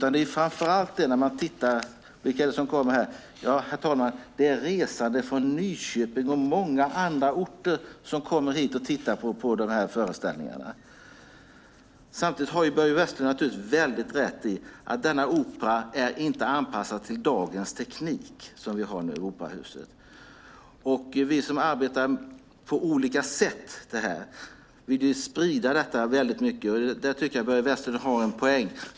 När man tittar på vilka som kommer, herr talman, ser man att det är resande från Nyköping och många andra orter som kommer hit och tittar på dessa föreställningar. Samtidigt har Börje Vestlund naturligtvis rätt i att den opera som vi nu har, operahuset, inte är anpassad till dagens teknik. Vi som arbetar på olika sätt med det här vill sprida detta väldigt mycket. Och där tycker jag att Börje Vestlund har en poäng.